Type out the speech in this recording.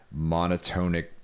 monotonic